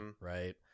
right